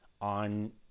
on